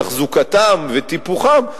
תחזוקתם וטיפוחם,